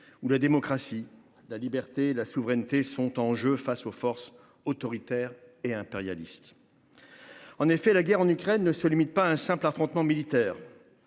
où la démocratie, la liberté et la souveraineté sont en jeu face aux forces autoritaires et impérialistes. En effet, la guerre en Ukraine ne se limite pas à un simple affrontement militaire